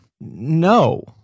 No